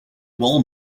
wool